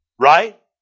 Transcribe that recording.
right